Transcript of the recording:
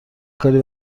کاری